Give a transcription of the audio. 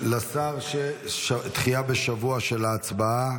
לשר על דחיית ההצבעה בשבוע.